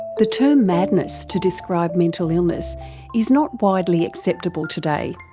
the term madness to describe mental illness is not widely acceptable today,